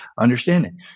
understanding